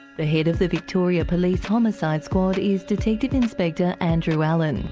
the head of the victoria police homicide squad is detective-inspector andrew allen.